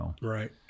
Right